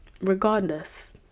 regardless